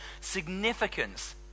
significance